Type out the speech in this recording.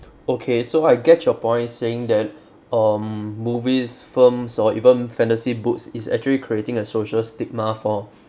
okay so I get your point saying that um movies films or even fantasy books is actually creating a social stigma for